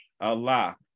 Allah